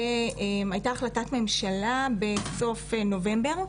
הייתה החלטת ממשלה בסוף נובמבר,